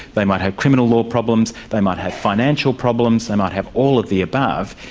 they might have criminal law problems, they might have financial problems, they might have all of the above.